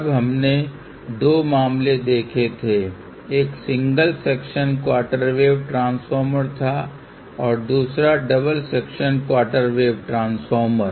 तब हमने दो मामले देखे थे एक single section quarter wave transformer था और दूसरा double section quarter wave transformer